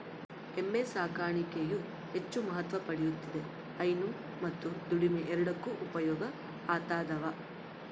ಎಮ್ಮೆ ಸಾಕಾಣಿಕೆಯು ಹೆಚ್ಚು ಮಹತ್ವ ಪಡೆಯುತ್ತಿದೆ ಹೈನು ಮತ್ತು ದುಡಿಮೆ ಎರಡಕ್ಕೂ ಉಪಯೋಗ ಆತದವ